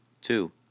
Two